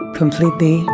completely